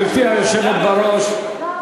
גברתי היושבת בראש,